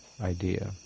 idea